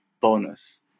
bonus